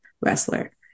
wrestler